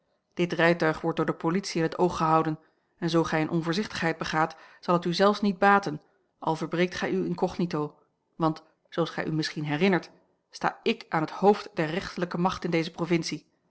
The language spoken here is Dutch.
dit rijtuig wordt door de politie in het oog gehouden en zoo gij eene onvoorzichtigheid begaat zal het u zelfs niet baten al verbreekt gij uw incognito want zooals gij u misschien herinnert sta ik aan het hoofd der rechterlijke macht in deze provincie